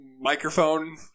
microphone